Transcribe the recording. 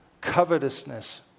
covetousness